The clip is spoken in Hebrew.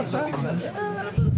רבותיי.